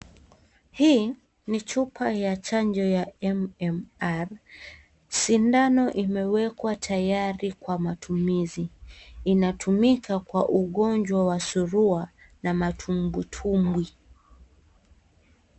Hii ni chupa ya chanjo ya MMR. Sindano imewekwa tayari kwa matumizi. Inatumika kwa ugonjwa wa surua na matumbwitumbwi.